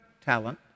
talent